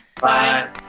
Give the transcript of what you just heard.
Bye